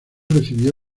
recibió